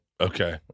okay